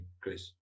chris